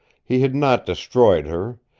he had not destroyed her,